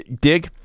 dig